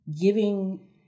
Giving